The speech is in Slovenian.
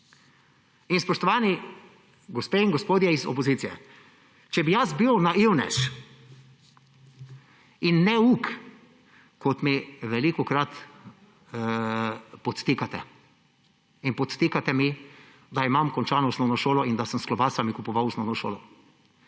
Spoštovani gospe in gospodje iz opozicije, če bi bil naivnež in neuk, kot mi velikokrat podtikate – in podtikate mi, da imam končano osnovno šolo in da sem s klobasami kupoval osnovno šolo.